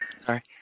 Sorry